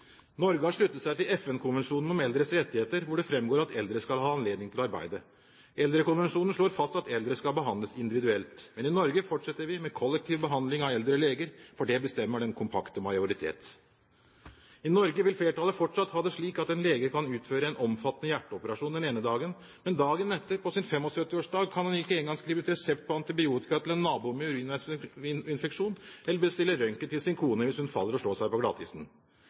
Norge har sluttet seg til FN-konvensjonen om eldres rettigheter, hvor det fremgår at eldre skal ha anledning til å arbeide. Eldrekonvensjonen slår fast at eldre skal behandles individuelt, men i Norge fortsetter vi med kollektiv behandling av eldre leger, for det bestemmer den kompakte majoritet. I Norge vil flertallet fortsatt ha det slik at en lege kan utføre en omfattende hjerteoperasjon den ene dagen, men dagen etter, på sin 75-års dag, kan han ikke engang skrive ut resept på antibiotika til en nabo med urinveisinfeksjon eller bestille røntgen til sin kone hvis hun faller og slår seg på